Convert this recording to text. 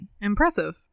Impressive